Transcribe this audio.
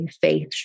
faith